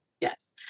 yes